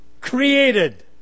created